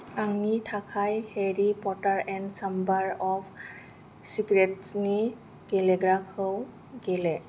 आंनि थाखाय Harry Potter and Chamber of Secrets नि गेलेग्राखौ गेले